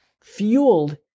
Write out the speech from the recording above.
fueled